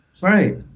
Right